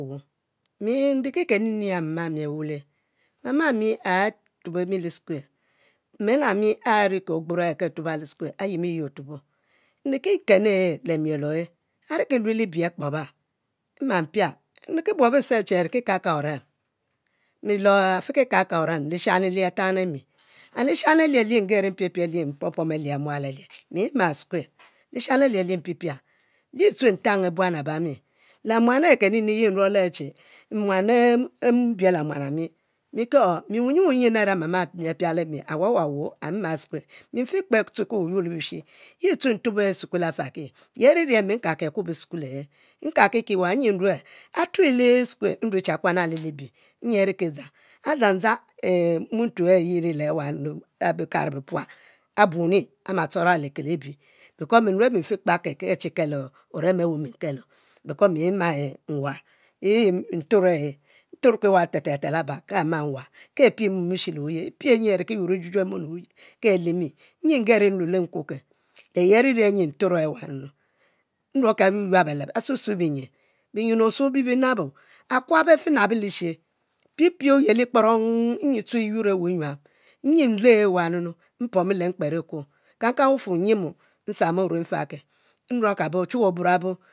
Nri ki kenunu ayi apami awule mami atube mi le esukuel me ami ari ki ogburo ke atuba le sukuel ayimi yi otubo nri ki kenu e’ lemiel ohe, ariki lue libie akpoba, mma pia nriki buobo che ariki kaka orem e'lon afiki kaku orem lishani bli atang e'mi, and lishani ayi nyen mpie pie li ayi mpomo ayi e'wual e'yi mi mal e'sukuel luahani alie lu mpi pia, mi tue ntang buan abami li muan a kenini yi nruole e'che, muan e mbiel e muan ami miki o ma ami abielimi bie awawa owuh, mi mmal e'sukue, mi fikpa tue ki weh oyur lebishi nyi tue ntubo e’ e’ sukuel yi ari rie mi yi nkaki akubo e sukue, mi nkaki kie e'wah atue le e'sukue nrue che akuana libi, nyi ariki rue adzang nzang muntu e'nle wa e bikuro abami ama taba libie, mue mi mi fi kpake ke achi kel orwm awu nkelo, because mi mmu nwan, yi nturo e’ ntuke e'wa te te te laba ke apie mom e'she le wuye e'pie nyi e'ariki yur e juju e mom le wuye ke ale mi, nyi ngeli nluelo nkuke le yi ari rie nyi nture e'wa nruoke ayuyuab beleb, asukue binyin, binyin osuo bibi nabo akuab afinabo lishs, pipie oyeh kporong yi tue e'yud e'weh nyuam, nyi nle w'wa nunu mpomo le mkpero e'kuo kankang befuor nyimi nsamo orue mfake nmo ka bo ochuwue oburabo